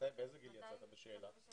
באיזה גיל יצאת בשאלה?